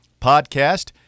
Podcast